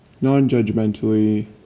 Non-judgmentally